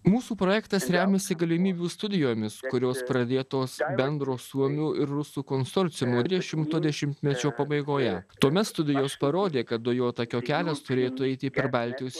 mūsų projektas remiasi galimybių studijomis kurios pradėtos bendro suomių ir rusų konsorciumo dešimto dešimtmečio pabaigoje tuomet studija parodė kad dujotakio kelias turėtų eiti per baltijos